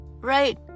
right